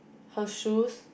her shoes